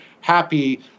happy